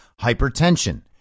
Hypertension